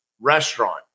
restaurant